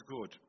good